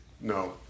No